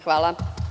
Hvala.